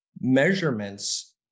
measurements